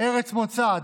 ארץ מוצא,